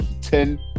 Ten